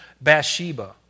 Bathsheba